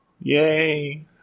Yay